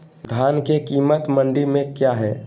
धान के कीमत मंडी में क्या है?